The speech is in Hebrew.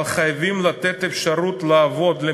אבל חייבים לתת לממשלה אפשרות לעבוד,